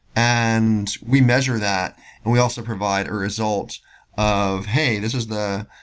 and we measure that, and we also provide a result of, hey, this was the